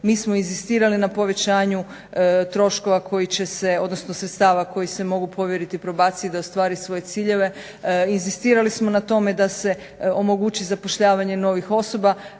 će se, odnosno sredstava koji se mogu povjeriti probaciji da ostvari svoje ciljeve. Inzistirali smo na tome da se omogući zapošljavanje novih osoba.